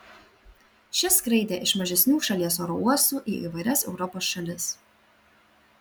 ši skraidė iš mažesnių šalies oro uostų į įvairias europos šalis